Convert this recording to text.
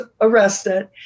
arrested